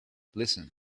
listen